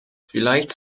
vielleicht